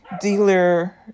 dealer